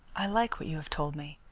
i like what you have told me.